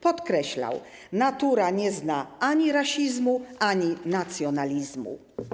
Podkreślał: natura nie zna ani rasizmu, ani nacjonalizmu.